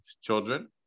children